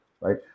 right